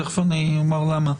תכף אני אומר למה.